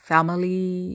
Family